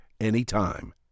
anytime